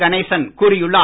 கணேசன் கூறியுள்ளார்